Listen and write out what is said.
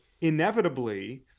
inevitably